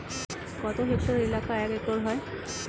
কত হেক্টর এলাকা এক একর হয়?